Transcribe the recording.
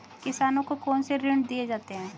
किसानों को कौन से ऋण दिए जाते हैं?